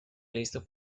listo